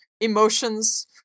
emotions